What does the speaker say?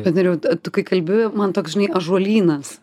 bet nerijau tu kai kalbi man toks žinai ąžuolynas